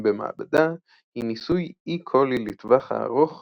במעבדה היא ניסוי אי-קולי לטווח הארוך